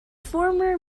former